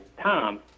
Tom